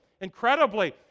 incredibly